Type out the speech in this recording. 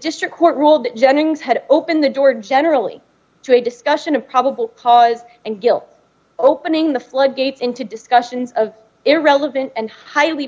just the court ruled that jennings had opened the door generally to a discussion of probable cause and gil opening the floodgates into discussions of irrelevant and highly